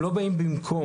הן לא באות במקום.